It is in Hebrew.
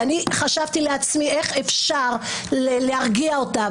חשבתי לעצמי איך אפשר להרגיע אותה,